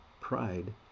pride